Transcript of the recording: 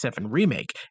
remake